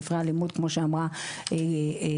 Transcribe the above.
ספרי הלימוד כמו שאמרה נעמי,